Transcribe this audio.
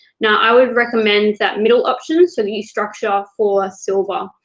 now, i would recommend that middle option, so that you structure for silver,